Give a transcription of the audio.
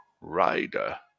Rider